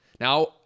Now